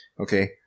Okay